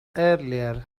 earlier